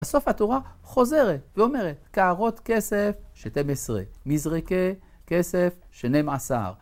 בסוף התורה חוזרת ואומרת, קערות כסף שתים עשרה, מזרקי כסף שנים עשר.